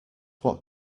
what